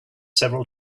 several